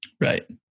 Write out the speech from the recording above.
Right